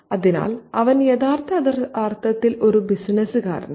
അതിനാൽ അവൻ യഥാർത്ഥ അർത്ഥത്തിൽ ഒരു ബിസിനസ്സ്കാരനാണ്